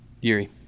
Yuri